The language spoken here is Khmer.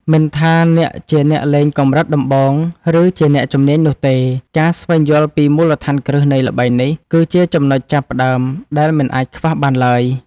មិនថាអ្នកជាអ្នកលេងកម្រិតដំបូងឬជាអ្នកជំនាញនោះទេការស្វែងយល់ពីមូលដ្ឋានគ្រឹះនៃល្បែងនេះគឺជាចំណុចចាប់ផ្តើមដែលមិនអាចខ្វះបានឡើយ។